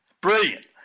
brilliant